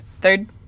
Third